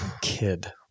kid